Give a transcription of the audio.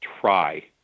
try